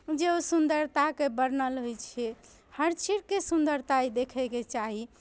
जे ओ सुन्दरताके वर्णन होइ छै हर चीजके सुन्दरताइ देखयके चाही